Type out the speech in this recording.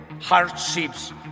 hardships